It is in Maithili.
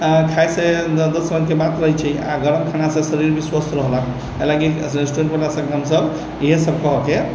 खाइसँ दोसर रङ्गके बात भऽ जाइ छै आ गरम खानासँ शरीर भी स्वस्थ रहलक यहै लऽ कऽ रेस्टोरेन्ट बला सभके हम सभ इएह सभ कहिके